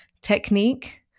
technique